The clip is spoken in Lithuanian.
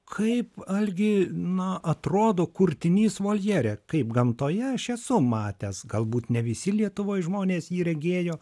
kaip algi na atrodo kurtinys voljere kaip gamtoje aš esu matęs galbūt ne visi lietuvoj žmonės jį regėjo